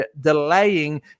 delaying